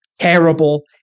terrible